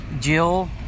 Jill